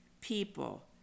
people